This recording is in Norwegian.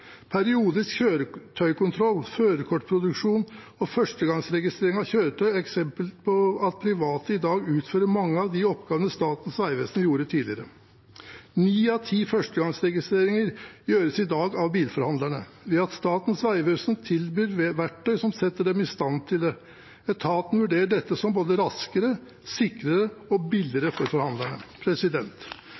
Periodisk kjøretøykontroll, førerkortproduksjon og førstegangsregistrering av kjøretøy er eksempler på at private i dag utfører mange av de oppgavene Statens vegvesen gjorde tidligere. Ni av ti førstegangsregistreringer gjøres i dag av bilforhandlerne ved at Statens vegvesen tilbyr verktøy som setter dem i stand til det. Etaten vurderer dette som både raskere, sikrere og billigere for